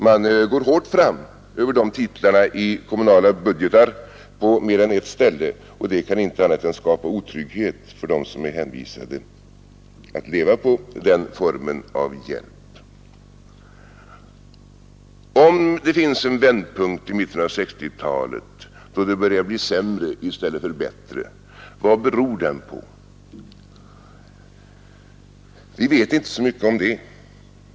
Man går hårt fram över de titlarna i kommunala budgetar på mer än ett ställe, och det kan inte annat än skapa otrygghet för dem som är hänvisade att leva på den formen av hjälp. Om det finns en vändpunkt i mitten av 1960-talet, då det börjar bli sämre i stället för bättre, vad beror den på? Vi vet inte så mycket om det.